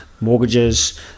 mortgages